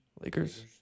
Lakers